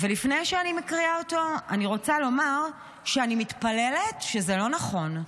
ולפני שאני מקריאה אותו אני רוצה לומר שאני מתפללת שזה לא נכון.